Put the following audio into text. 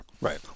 Right